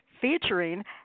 featuring